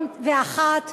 101. ואחד.